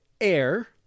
air